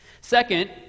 Second